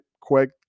Quick